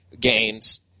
gains